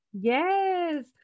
Yes